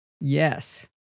Yes